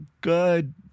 good